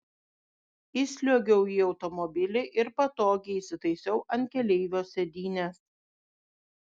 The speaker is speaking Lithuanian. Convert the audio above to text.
įsliuogiau į automobilį ir patogiai įsitaisiau ant keleivio sėdynės